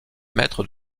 maîtres